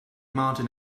martin